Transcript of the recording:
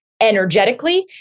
energetically